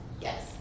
Yes